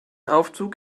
aufzug